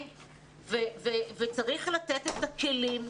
צריך לתת את הכלים.